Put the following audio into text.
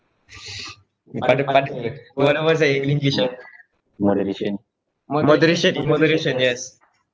pada pada what uh what's that in english ah moderation in moderation yes